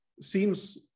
seems